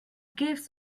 gives